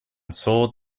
sold